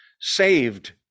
saved